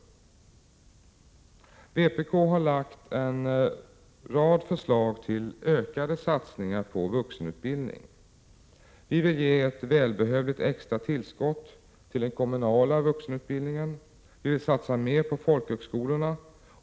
Vpk har lagt fram en rad förslag till ökade satsningar på vuxenutbildningen. Vi vill ge ett välbehövligt extra tillskott till den kommunala vuxenutbildningen. Vi vill satsa mer på folkhögskolorna.